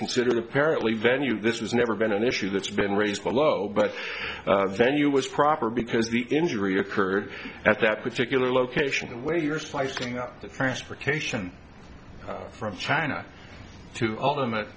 considered apparently venue this has never been an issue that's been raised below but venue was proper because the injury occurred at that particular location where you're splicing up the transportation from china to ultimate